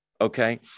okay